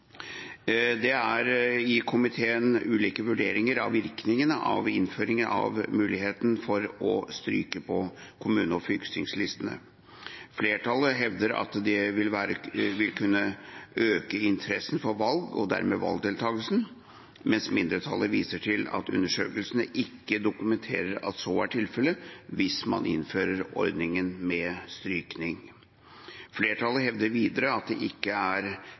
I komiteen er det ulike vurderinger av virkningene av innføringen av muligheten til å stryke på kommunestyre- og fylkestingslistene. Flertallet hevder at det vil kunne øke interessen for valg og dermed valgdeltakelsen, mens mindretallet viser til at undersøkelsene ikke dokumenterer at så er tilfellet hvis man innfører ordningen med strykning. Flertallet hevder videre at det ikke er